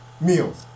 meals